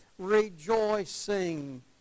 rejoicing